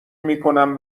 میکنم